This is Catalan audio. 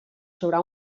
sobre